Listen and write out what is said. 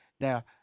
Now